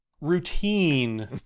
routine